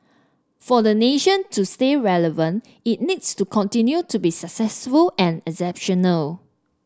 for the nation to stay relevant it needs to continue to be successful and exceptional